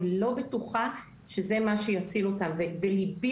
אני לא בטוחה שזה מה שיציל אותם וליבי